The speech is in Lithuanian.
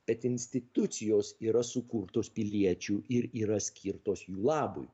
bet institucijos yra sukurtos piliečių ir yra skirtos jų labui